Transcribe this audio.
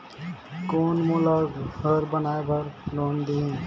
कौन मोला घर बनाय बार लोन देही?